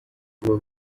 kuba